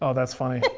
ah that's funny.